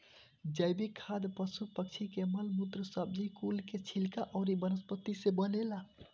जैविक खाद पशु पक्षी के मल मूत्र, सब्जी कुल के छिलका अउरी वनस्पति से बनेला